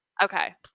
Okay